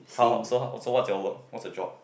how how so how so what's your work what's your job